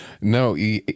No